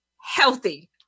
healthy